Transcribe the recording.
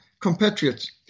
compatriots